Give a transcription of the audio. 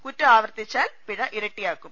കുറ്റം ആവർത്തി ച്ചാൽ പിഴ ഇരട്ടിയാക്കും